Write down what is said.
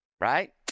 right